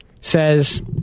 says